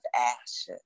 ashes